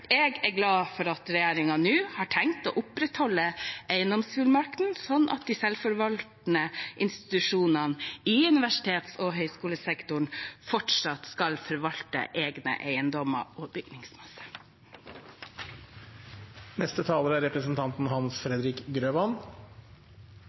at regjeringen nå har tenkt å opprettholde eiendomsfullmakten, slik at de selvforvaltende institusjonene i universitets- og høyskolesektoren fortsatt skal forvalte egne eiendommer og egen bygningsmasse. Universitets- og høyskolesektoren er